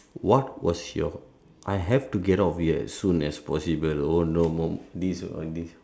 what was your I have to get out of here as soon as possible oh no or this will only